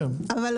אהיה.